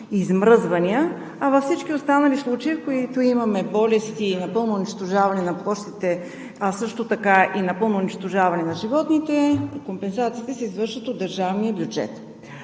А във всички останали случаи, които имаме – болести, напълно унищожаване на площите, а също така и напълно унищожаване на животните, компенсациите се извършват от държавния бюджет.